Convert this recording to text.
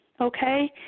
okay